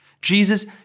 Jesus